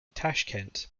tashkent